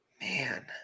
Man